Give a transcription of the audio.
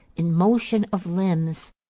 in motion of limbs,